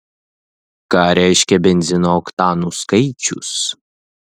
ką reiškia benzino oktanų skaičius